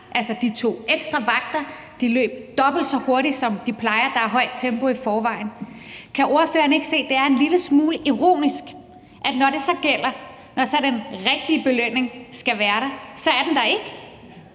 Altså, de tog ekstra vagter, de løb dobbelt så hurtigt, som de plejer, og der er højt tempo i forvejen. Kan ordføreren ikke se, at det er en lille smule ironisk, at når det så gælder, altså når den rigtige belønning skal være der, så er den der ikke?